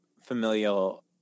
familial